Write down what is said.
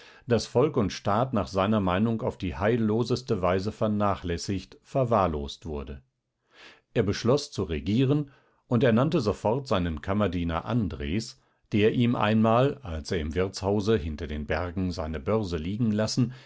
daß volk und staat nach seiner meinung auf die heilloseste weise vernachlässigt verwahrlost wurde er beschloß zu regieren und ernannte sofort seinen kammerdiener andres der ihm einmal als er im wirtshause hinter den bergen seine börse liegen lassen